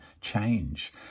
change